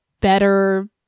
better